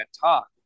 talk